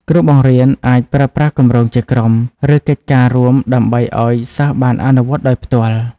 គ្រូបង្រៀនអាចប្រើប្រាស់គម្រោងជាក្រុម ឬកិច្ចការរួមដើម្បីឱ្យសិស្សបានអនុវត្តដោយផ្ទាល់។